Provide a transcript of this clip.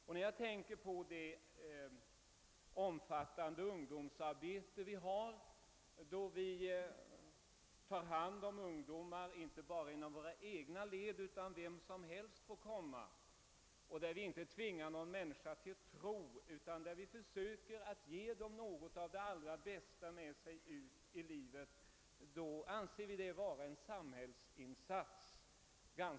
Vi har ett omfattande ungdomsarbete, som inte bara inbegriper ungdomar från vara egna led utan där vi tar emot alla kategorier av ungdomar. Vi tvingar inte någon att komma till tro men försöker att ge ungdomarna något av det allra bästa med sig ut i livet. Det anser vi vara en ganska god samhällsinsats.